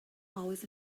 always